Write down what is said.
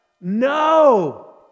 No